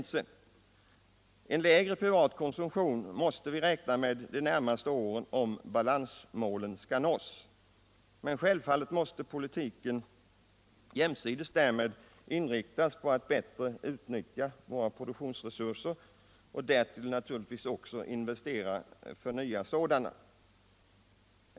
Vi måste räkna med en lägre privat konsumtion för de närmaste åren om balansmålen skall kunna uppnås, men självfallet måste politiken jämsides därmed inriktas på att bättre utnyttja våra produktionsresurser och naturligtvis också på att investera i nya sådana.